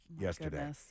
yesterday